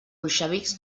bolxevics